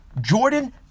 Jordan